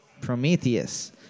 Prometheus